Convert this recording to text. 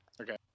Okay